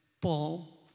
Paul